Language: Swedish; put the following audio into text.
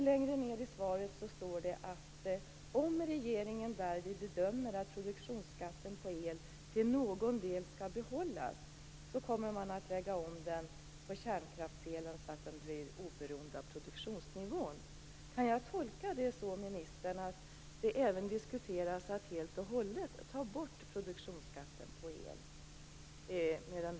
Längre ned i svaret står det att om regeringen därvid bedömer att produktionsskatten på el till någon del skall behållas kommer man att lägga om den på kärnkraftselen så att den blir oberoende av produktionsnivån. Kan jag tolka det, ministern, att det även diskuteras att helt och hållet ta bort produktionsskatten på el?